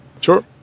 Sure